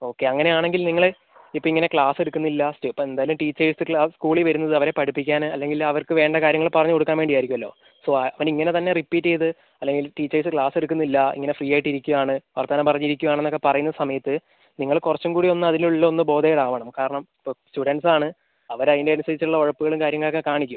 okay അങ്ങനെ ആണെങ്കിൽ നിങ്ങൾ ഇപ്പം ഇങ്ങനെ ക്ലാസ് എടുക്കിന്നില്ല അപ്പം എന്തായാലും ടീച്ചേഴ്സ് ക്ലാസ് സ്കൂളിൽ വരുന്നത് അവരെ പഠിപ്പിക്കാൻ അല്ലെങ്കിൽ അവർക്ക് വേണ്ട കാര്യങ്ങൾ പറഞ്ഞ് കൊടുക്കാൻ വേണ്ടി ആയിരിക്കുമല്ലോ സോ അവൻ ഇങ്ങന തന്നെ റിപ്പീറ്റ് ചെയ്ത് അല്ലെങ്കിൽ ടീച്ചേഴ്സ് ക്ലാസ് എടുക്കുന്നില്ല ഇങ്ങനെ ഫ്രീ ആയിട്ട് ഇരിക്കുവാണ് വർത്തമാനം പറഞ്ഞ് ഇരിക്കുവാണെന്ന് ഒക്കെ പറയുന്ന സമയത്ത് നിങ്ങൾ കുറച്ചും കൂടി ഒന്ന് അതിനുള്ളിൽ ഒന്ന് ബോതേർഡ് ആവണം കാരണം സ്റ്റുഡന്റ്സ് ആണ് അവർ അതിന് അനുസരിച്ചുള്ള ഉഴപ്പുകളും കാര്യങ്ങളൊക്കെ കാണിക്കും